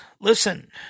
listen